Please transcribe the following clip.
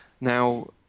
Now